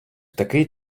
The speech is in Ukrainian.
такий